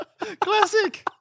Classic